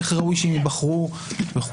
איך ראוי שהם ייבחרו וכו',